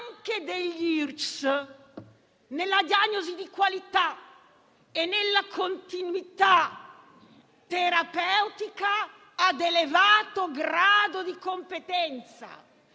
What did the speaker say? scientifico (IRCCS) nella diagnosi di qualità e nella continuità terapeutica ad elevato grado di competenza,